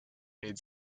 needs